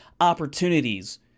opportunities